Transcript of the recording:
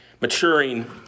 Maturing